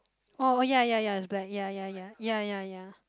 oh oh ya ya ya is black ya ya ya ya ya ya